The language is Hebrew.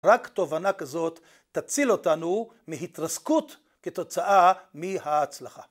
רק תובנה כזאת תציל אותנו מהתרסקות כתוצאה מההצלחה.